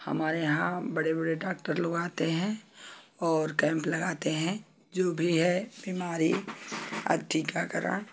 हमारे यहाँ बड़े बड़े डाक्टर लोग आते हैं और कैंप लगाते हैं जो भी है बीमारी और टीकाकरण